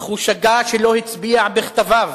אך הוא שגה כשלא הצביע בכתביו